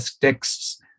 texts